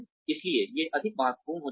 इसलिए ये अधिक महत्वपूर्ण हो जाते हैं